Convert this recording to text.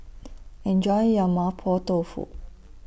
Enjoy your Mapo Tofu